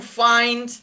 find